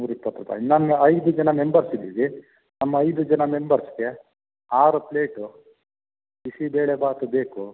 ನೂರಾ ಇಪ್ಪತ್ತು ರೂಪಾಯಿ ನನ್ನ ಐದು ಜನ ಮೆಂಬರ್ಸ್ ಇದೀವಿ ನಮ್ಮ ಐದು ಜನ ಮೆಂಬರ್ಸಿಗೆ ಆರು ಪ್ಲೇಟು ಬಿಸಿಬೇಳೆ ಭಾತ್ ಬೇಕು